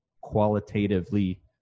qualitatively